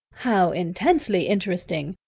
how intensely interesting!